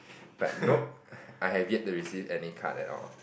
but nope I have yet to receive any card at all